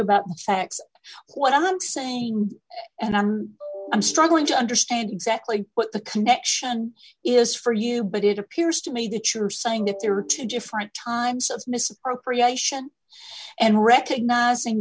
about what i'm saying and i'm i'm struggling to understand exactly what the connection is for you but it appears to me that you're saying that there are two different times of misappropriation and recognizing